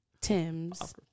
Tims